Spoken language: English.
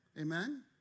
amen